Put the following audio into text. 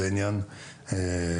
זה עניין אחר.